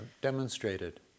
demonstrated